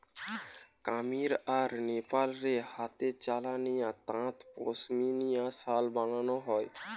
কামীর আর নেপাল রে হাতে চালানিয়া তাঁতে পশমিনা শাল বানানা হয়